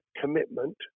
commitment